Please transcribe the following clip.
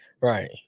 right